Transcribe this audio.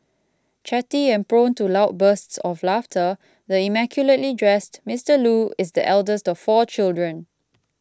chatty and prone to loud bursts of laughter the immaculately dressed Mister Loo is the eldest of four children